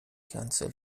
کنسل